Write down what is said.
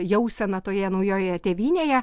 jausena toje naujoje tėvynėje